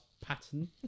pattern